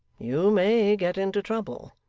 you may get into trouble.